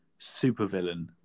supervillain